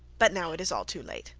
but now it is all too late.